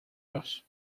dos